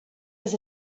was